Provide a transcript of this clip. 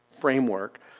framework